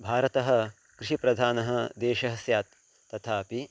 भारतः कृषिप्रधानः देशः स्यात् तथापि